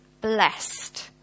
blessed